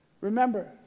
Remember